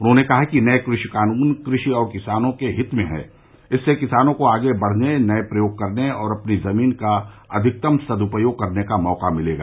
उन्होंने कहा नये कृषि कानून कृषि और किसान के हित में हैं इससे किसानों को आगे बढ़ने नये प्रयोग करने और अपनी जमीन का अधिकतम सदुपयोग करने का मौका मिलेगा